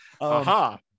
Aha